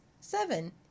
Seven